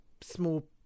small